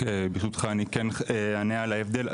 אז רק ברשותך אני כן אענה על ההבדל,